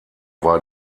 war